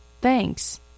Thanks